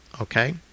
Okay